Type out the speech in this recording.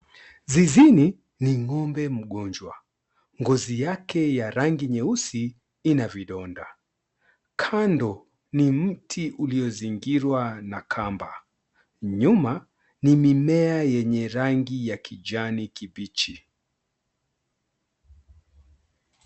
Zizini ni ng'ombe mgonjwa. Ngozi yake ya rangi nyeusi ina vidonda. Kando, ni mti uliozingirwa na kamba. Nyuma ni mimea ya kijani kibichi.